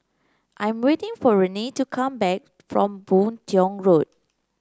I am waiting for Rayne to come back from Boon Tiong Road